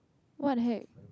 what the heck